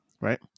right